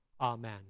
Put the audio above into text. Amen